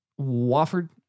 Wofford